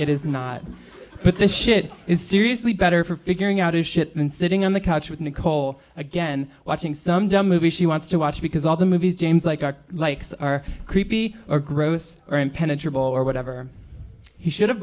it is not but this shit is seriously better for figuring out his shit than sitting on the couch with nicole again watching some dumb movie she wants to watch because all the movies james like are likes are creepy or gross or impenetrable or whatever he should